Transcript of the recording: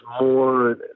more